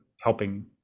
helping